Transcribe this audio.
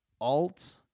alt